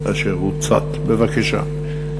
בבקשה.